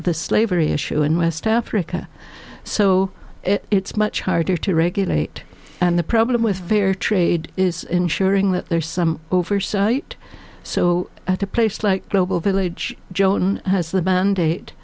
the slavery issue in west africa so it's much harder to regulate and the problem with fair trade is ensuring that there's some oversight so at a place like global village joan has the ban